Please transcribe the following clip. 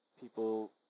people